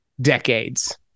decades